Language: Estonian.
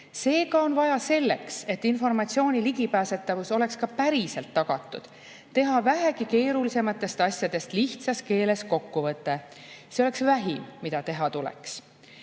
on vaja selleks, et informatsiooni ligipääsetavus oleks ka päriselt tagatud, teha vähegi keerulisematest asjadest lihtsas keeles kokkuvõte. See oleks vähim, mida teha tuleks.